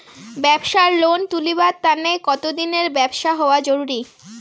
ব্যাবসার লোন তুলিবার তানে কতদিনের ব্যবসা হওয়া জরুরি?